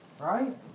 right